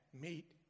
Meet